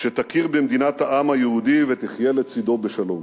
שתכיר במדינת העם היהודי ותחיה לצדה בשלום.